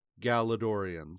Galadorians